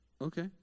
Okay